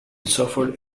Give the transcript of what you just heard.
suffered